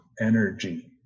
energy